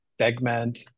segment